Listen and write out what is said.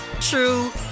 true